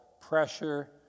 pressure